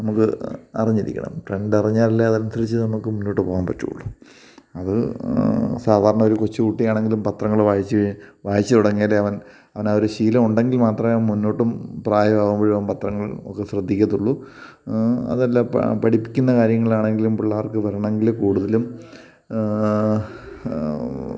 നമുക്ക് അറിഞ്ഞിരിക്കണം ട്രെൻഡ് അറിഞ്ഞാൽ അല്ലേ അത് അനുസരിച്ച് നമുക്ക് മുന്നോട്ട് പോകാൻ പറ്റുകയുള്ളു അത് സാധാരണ ഒരു കൊച്ച് കുട്ടിയാണെങ്കിലും പത്രങ്ങൾ വായിച്ച് വായിച്ച് തുടങ്ങിയാലേ അവൻ അവൻ ആ ഒരു ശീലം ഉണ്ടെങ്കിൽ മാത്രമേ മുന്നോട്ടും പ്രായമാകുമ്പോഴും അവൻ പത്രങ്ങളൊക്കെ ശ്രദ്ധിക്കത്തുള്ളൂ അതല്ല പഠിക്കുന്ന കാര്യങ്ങളിലാണെങ്കിലും പിള്ളേർക്ക് വരണമെങ്കിൽ കൂടുതലും